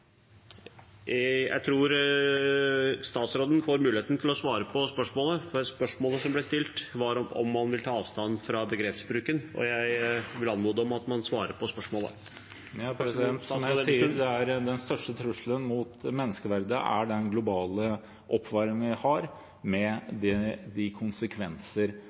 Jeg tror statsråden skal få muligheten til å svare på spørsmålet, for spørsmålet som ble stilt, var om han vil ta avstand fra begrepsbruken, og jeg vil anmode om at man svarer på spørsmålet. Jeg sier at den største trusselen mot menneskeverdet er den globale oppvarmingen vi har, med de konsekvenser